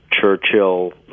churchill